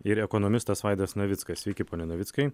ir ekonomistas vaidas navickas sveiki pone navickai